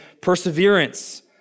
perseverance